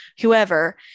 whoever